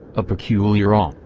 a peculiar awe,